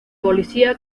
policía